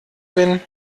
bin